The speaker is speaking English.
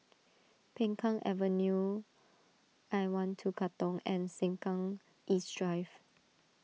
Peng Kang Avenue I one two Katong and Sengkang East Drive